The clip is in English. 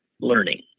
learning